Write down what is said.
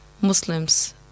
Muslims